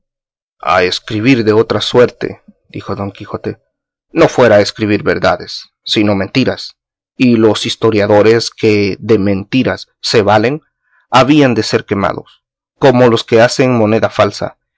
a escribir de otra suerte dijo don quijote no fuera escribir verdades sino mentiras y los historiadores que de mentiras se valen habían de ser quemados como los que hacen moneda falsa